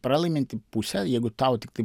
pralaiminti pusė jeigu tau tiktai